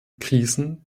krisen